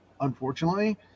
unfortunately